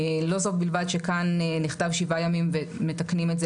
לא זאת בלבד שכאן נכתב שבעה ימים ומתקנים את זה